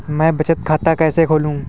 मैं बचत खाता कैसे खोलूँ?